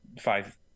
five